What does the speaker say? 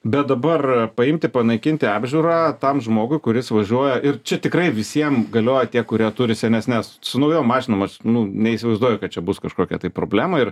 bet dabar paimti panaikinti apžiūrą tam žmogui kuris važiuoja ir čia tikrai visiem galioja tie kurie turi senesnes su naujom mašinom aš nu neįsivaizduoju kad čia bus kažkokia tai problema ir